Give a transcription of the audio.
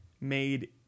made